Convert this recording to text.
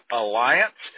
alliance